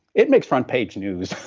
it makes front page news.